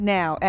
now